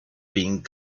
being